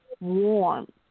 warm